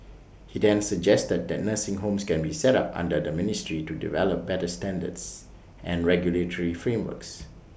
he then suggested that nursing homes can be set up under the ministry to develop better standards and regulatory frameworks